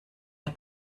der